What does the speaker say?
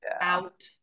out